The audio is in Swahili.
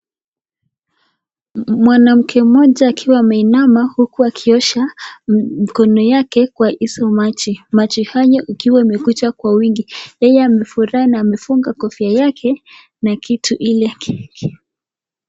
Mwanamke mmoja, akiwa ameinama, akiosha mikono yake, kwa izo maji, maji haya yakiwa yamekuja kwa wingi, yeye amefurahi na amefunga kofia yake, na kitu ile ki.